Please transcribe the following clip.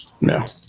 No